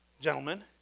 gentlemen